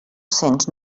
cents